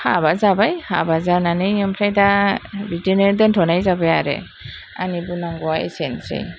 हाबा जाबाय हाबा जानानै ओमफ्राय दा बिदिनो दोनथ'नाय जाबाय आरो आंनि बुंनांगौआ एसेनोसै